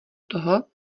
toho